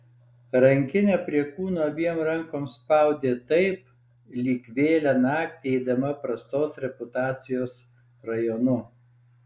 rankinę prie kūno abiem rankom spaudė taip lyg vėlią naktį eidama prastos reputacijos rajonu